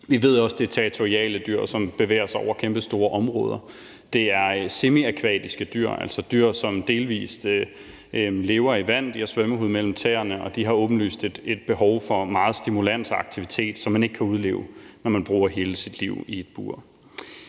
Vi ved også, det er territoriale dyr, som bevæger sig over kæmpestore områder. Det er semiakvatiske dyr, altså dyr, som delvis lever i vand. De har svømmehud mellem tæerne, og de har åbenlyst et behov for meget stimulans og aktivitet, som man ikke kan udleve, når man bruger hele sit liv i et bur.